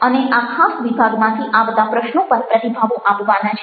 અને આ ખાસ વિભાગમાંથી આવતા પ્રશ્નો પર પ્રતિભાવો આપવાના છે